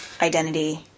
Identity